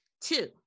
Two